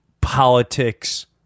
politics